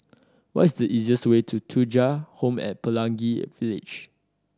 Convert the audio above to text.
what is the easiest way to Thuja Home at Pelangi Village